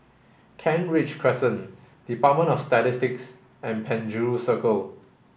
Kent Ridge Crescent Department of Statistics and Penjuru Circle